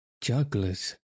jugglers